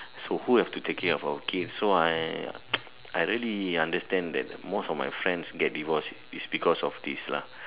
so who have to take care of our kids so I I really understand that most of my friends get divorce is because of this lah